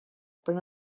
però